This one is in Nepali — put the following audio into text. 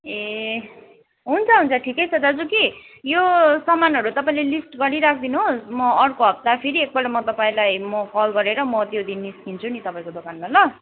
ए हुन्छ हुन्छ ठिकै छ दाजु कि यो सामानहरू तपाईँले लिस्ट गरिराखिदिनुहोस् म अर्को हप्ता फेरि एकपल्ट म तपाईँलाई म कल गरेर म त्यो दिन निस्किन्छु नि तपाईँको दोकानमा ल